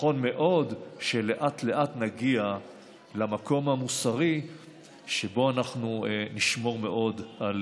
נכון מאוד שלאט-לאט נגיע למקום המוסרי שבו אנחנו נשמור מאוד על